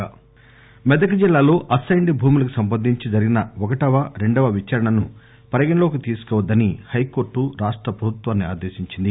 Etela high court Medak జిల్లాలో assign భూములకు సంబంధించి జరిగిన ఒకటవ రెండవ విదారణలను పరిగణలోకి తీసుకోవద్దని హైకోర్టు రాష్ట ప్రభుత్వాన్ని ఆదేశించింది